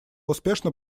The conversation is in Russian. успешно